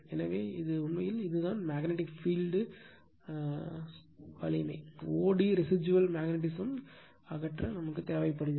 எனவே இது உண்மையில் இதுதான் மேக்னெட்டிக் பீல்ட் வலிமை o d ரேசிசுவல் மேக்னடிஸம் அகற்றத் தேவைப்படுகிறது